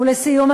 ולסיום,